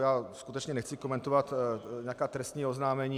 Já skutečně nechci komentovat nějaká trestní oznámení.